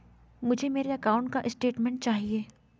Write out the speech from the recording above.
मुझे मेरे अकाउंट का स्टेटमेंट चाहिए?